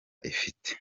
ifite